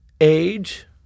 age